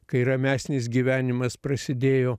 kai ramesnis gyvenimas prasidėjo